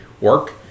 work